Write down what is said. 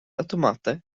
aŭtomate